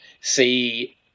See